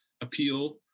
appeal